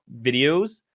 videos